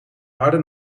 harde